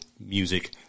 music